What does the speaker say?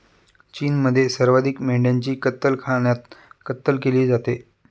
चीनमध्ये सर्वाधिक मेंढ्यांची कत्तलखान्यात कत्तल केली जाते